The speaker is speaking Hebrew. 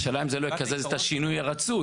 השאלה אם זה לא יקזז את השינוי הרצוי.